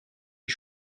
est